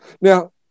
now